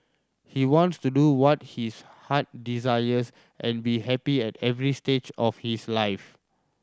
he wants to do what his heart desires and be happy at every stage of his life